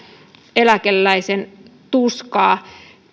eläkeläisen tuskaa